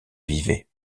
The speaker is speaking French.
vivaient